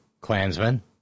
Klansmen